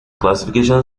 classification